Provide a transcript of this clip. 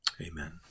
amen